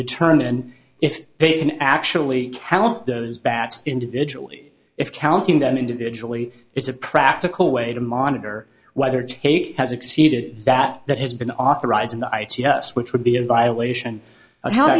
determine if they can actually count those bats individually if counting them individually is a practical way to monitor whether to has exceeded that that has been authorized in the us which would be a violation of how